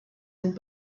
and